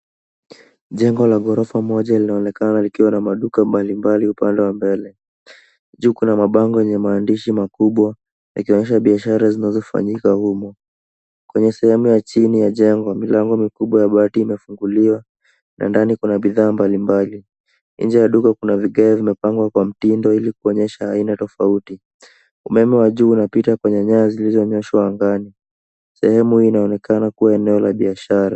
Jengo la ghorofa moja linaonekana likiwa na maduka mbalimbali upande wa mbele. Juu kuna mabango yenye maandishi makubwa yakionyesha biashara zinazofanyika humu. Kwenye sehemu ya chini ya jengo milango mikubwa ya bati imefunguliwa na ndani kuna bidhaa mbalimbali. Nje ya duka kuna vigae vimepangwa kwa mtindo ili kuonyesha aina tofauti. Umeme wa juu unapita kwenye nyaya zilizonyoshwa angani. Sehemu hii inaonekana kuwa eneo la biashara.